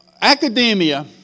academia